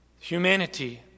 Humanity